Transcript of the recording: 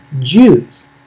Jews